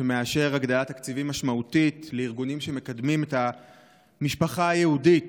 שמאשר הגדלת תקציבים משמעותית לארגונים שמקדמים את המשפחה היהודית.